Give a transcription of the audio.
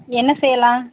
என்ன செய்யலாம்